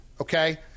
okay